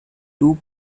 too